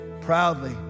Proudly